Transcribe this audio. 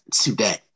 today